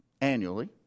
annually